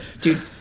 dude